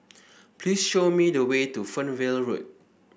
please show me the way to Fernvale Road